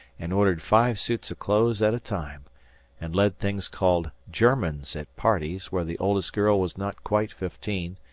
and ordered five suits of clothes at a time and led things called germans at parties where the oldest girl was not quite fifteen,